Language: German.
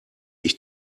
ich